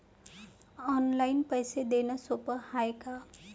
Online पैसे देण सोप हाय का?